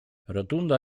rotunda